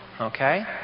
Okay